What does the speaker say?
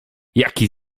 jaki